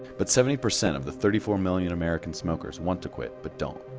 but seventy percent of the thirty four million american smokers want to quit but don't.